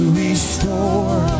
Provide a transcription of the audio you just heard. restore